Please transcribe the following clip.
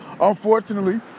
unfortunately